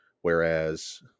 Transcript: whereas